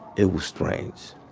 it was strange.